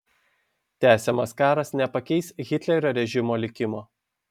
tęsiamas karas nepakeis hitlerio režimo likimo